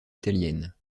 italienne